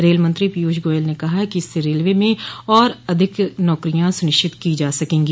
rail मंत्री पीयूष गोयल ने कहा है कि इससे रेलवे में और अधिक नौकरियां सुनिश्चित की जा सकेंगी